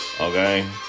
Okay